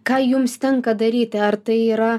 ką jums tenka daryti ar tai yra